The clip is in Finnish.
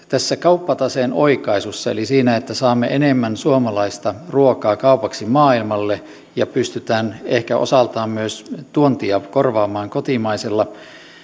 tässä kauppataseen oikaisussa eli siinä että saamme enemmän suomalaista ruokaa kaupaksi maailmalle ja pystytään ehkä osaltaan myös tuontia korvaamaan kotimaisella